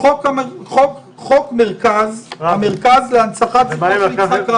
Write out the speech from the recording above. המרכזי להנצחת יצחק רבין.